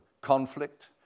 conflict